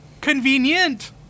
convenient